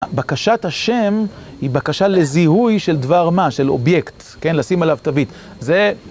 בקשת השם היא בקשה לזיהוי של דבר מה? של אובייקט, כן? לשים עליו תווית. זה...